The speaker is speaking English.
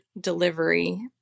delivery